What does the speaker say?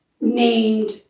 named